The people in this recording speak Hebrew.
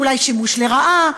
שהוא אולי שימוש לרעה,